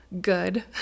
good